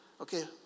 okay